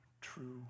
true